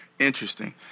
interesting